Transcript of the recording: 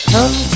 Come